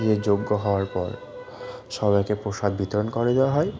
দিয়ে যজ্ঞ হওয়ার পর সবাইকে প্রসাদ বিতরণ করে দেওয়া হয়